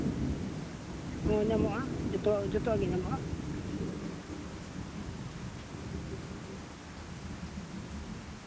ᱦᱮᱸ ᱧᱟᱢᱚᱜᱼᱟ ᱡᱚᱛᱚᱣᱟᱜ ᱡᱚᱛᱚᱣᱟᱜ ᱜᱮ ᱧᱟᱢᱚᱜᱼᱟ